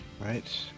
Right